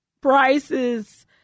prices